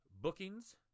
bookings